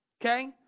Okay